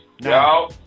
no